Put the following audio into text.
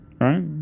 right